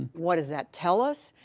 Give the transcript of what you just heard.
what does that tell us?